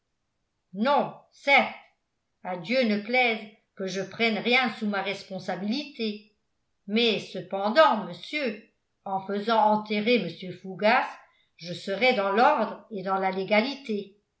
non certes à dieu ne plaise que je prenne rien sous ma responsabilité mais cependant monsieur en faisant enterrer mr fougas je serais dans l'ordre et dans la légalité